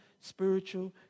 spiritual